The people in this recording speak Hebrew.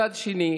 מצד אחר,